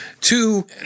two